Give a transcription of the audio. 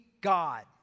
God